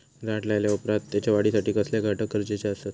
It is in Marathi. झाड लायल्या ओप्रात त्याच्या वाढीसाठी कसले घटक गरजेचे असत?